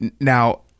Now